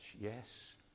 Yes